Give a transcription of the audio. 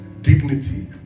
dignity